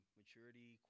maturity